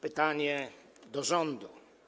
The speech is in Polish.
Pytanie do rządu.